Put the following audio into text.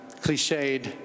cliched